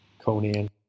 Conan